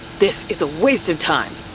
this is a waste of time.